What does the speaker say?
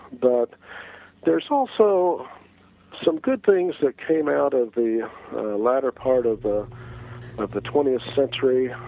but there is also some good things that came out of the latter part of the but the twentieth century,